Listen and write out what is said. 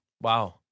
wow